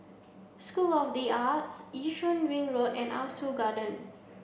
school of the Arts Yishun Ring Road and Ah Soo Garden